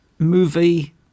movie